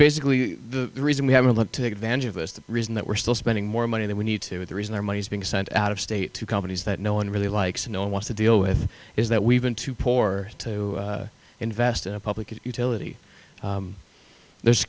basically the reason we haven't looked to take advantage of us the reason that we're still spending more money than we need to with the reason our money is being sent out of state to companies that no one really likes and no one wants to deal with is that we've been too poor to invest in public utility there's